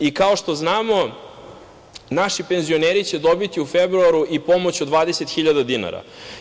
I kao što znamo, naši penzioneri će dobiti u februaru i pomoć od 20.000 dinara.